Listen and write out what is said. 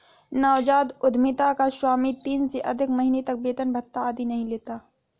नवजात उधमिता का स्वामी तीन से अधिक महीने तक वेतन भत्ता आदि नहीं लेता है